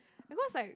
because like